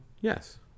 Yes